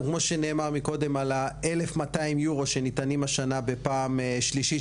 כמו שנאמר מקודם על ה-1,200 אירו שניתנים השנה בפעם שלישית,